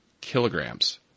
kilograms